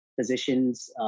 physicians